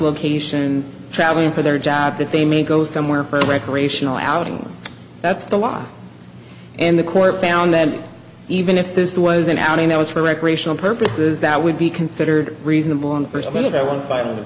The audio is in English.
location traveling for their job that they may go somewhere for recreational outing that's the law and the court found that even if this was an outing that was for recreational purposes that would be considered reasonable on percent of that one fi